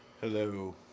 Hello